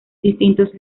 distintos